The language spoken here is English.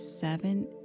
seven